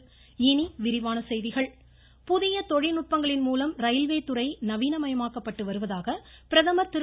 பிரதமர் கெவாடியா புதிய தொழில்நுட்பங்களின் மூலம் ரயில்வேதுறை நவீனமயமாக்கப்பட்டு வருவதாக பிரதமர் திரு